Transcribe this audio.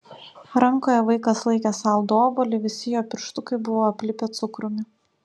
rankoje vaikas laikė saldų obuolį visi jo pirštukai buvo aplipę cukrumi